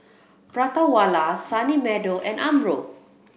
Prata Wala Sunny Meadow and Umbro